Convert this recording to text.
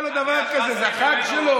תודה לך, חבר הכנסת.